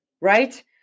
right